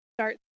start